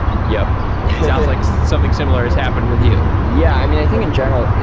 yep. it sounds like something similar has happened with you. yeah. i mean, i think and general,